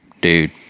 Dude